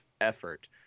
effort